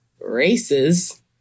races